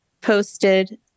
posted